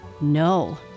no